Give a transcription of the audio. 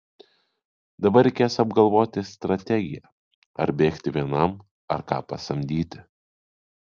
dabar reikės apgalvoti strategiją ar bėgti vienam ar ką pasamdyti